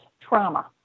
trauma